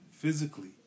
Physically